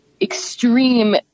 extreme